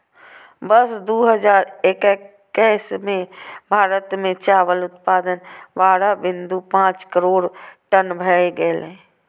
वर्ष दू हजार एक्कैस मे भारत मे चावल उत्पादन बारह बिंदु पांच करोड़ टन भए गेलै